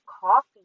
coffee